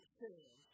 says